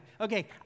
Okay